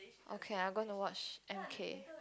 okay I'm going to watch M K